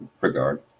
regard